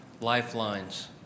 lifelines